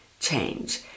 change